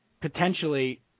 potentially